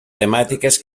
temàtiques